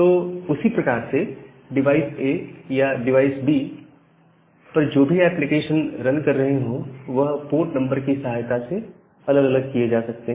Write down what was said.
तो उसी प्रकार से डिवाइस A या डिवाइस B पर जो भी एप्लीकेशन रन कर रहे हो वो पोर्ट नंबर की सहायता से अलग अलग किए जा सकते हैं